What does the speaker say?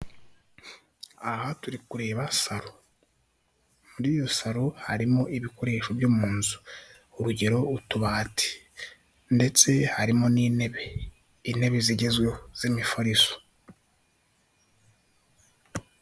Aha turi kureba salo, muri iyo salo harimo ibikoresho byo mu nzu. Urugero; utubati, ndetse harimo n'intebe, intebe zigezweho z'imifariso.